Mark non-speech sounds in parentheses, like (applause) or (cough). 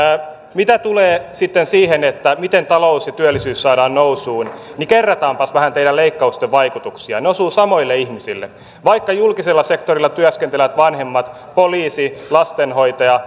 mitä tulee siihen miten talous ja työllisyys saadaan nousuun niin kerrataanpas vähän teidän leikkaustenne vaikutuksia ne osuvat samoille ihmiselle vaikka julkisella sektorilla työskenteleviltä vanhemmilta poliisi lastenhoitaja (unintelligible)